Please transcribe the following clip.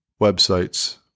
websites